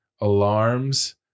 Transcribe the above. alarms